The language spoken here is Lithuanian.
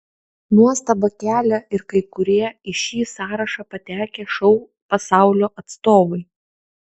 nuostabą kelia ir kai kurie į šį sąrašą patekę šou pasaulio atstovai